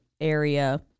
area